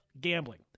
gambling